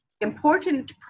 important